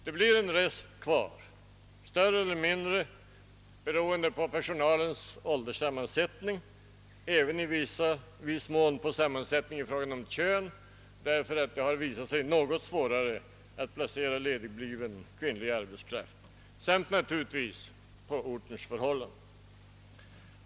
Det blir en rest kvar, större eller mindre beroende på personalens ålderssammansättning och även i viss mån sammansättning i fråga om kön — det har nämligen visat sig något svårare att placera ledigbliven kvinnlig arbetskraft — samt naturligtvis beroende på ortens förhållanden.